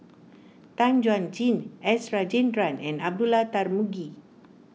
Tan Chuan Jin S Rajendran and Abdullah Tarmugi